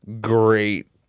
Great